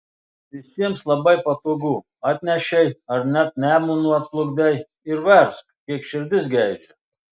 visiems labai patogu atnešei ar net nemunu atplukdei ir versk kiek širdis geidžia